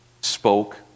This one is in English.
spoke